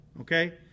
Okay